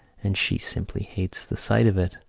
and she simply hates the sight of it.